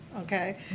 Okay